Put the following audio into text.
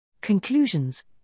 Conclusions